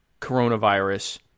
coronavirus